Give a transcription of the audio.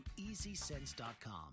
EasySense.com